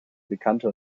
bekannter